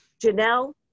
Janelle